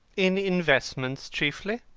in investments, chiefly.